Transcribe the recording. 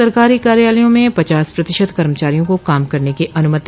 सरकारी कार्यालयों में पचास प्रतिशत कर्मचारियों को काम करने की अनुमति